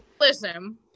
Listen